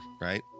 right